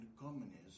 communism